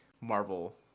Marvel